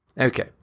Okay